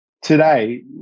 Today